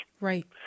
Right